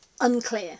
unclear